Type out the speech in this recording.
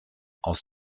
aus